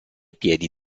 piedi